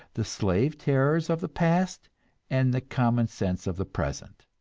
the slave terrors of the past and the common sense of the present.